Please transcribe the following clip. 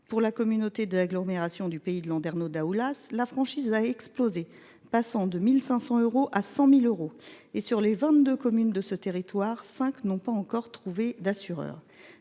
Pour la communauté d’agglomération du pays de Landerneau Daoulas, la franchise a explosé, passant de 1 500 euros à 100 000 euros. Et sur les vingt deux communes de ce territoire, cinq n’ont pas encore trouvé d’assureur.